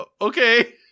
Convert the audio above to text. Okay